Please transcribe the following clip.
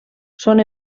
són